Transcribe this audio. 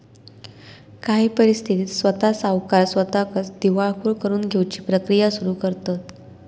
काही परिस्थितीत स्वता सावकार स्वताकच दिवाळखोर करून घेउची प्रक्रिया सुरू करतंत